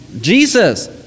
Jesus